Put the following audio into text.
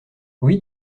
oui